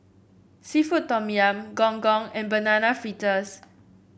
seafood Tom Yum Gong Gong and Banana Fritters